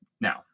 now